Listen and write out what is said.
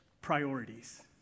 Priorities